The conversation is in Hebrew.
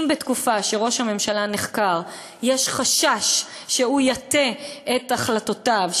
אם בתקופה שראש הממשלה נחקר יש חשש שהוא יטה את החלטותיו,